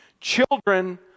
Children